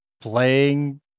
playing